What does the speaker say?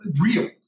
real